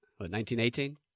1918